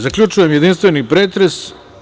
Zaključujem jedinstveni pretres.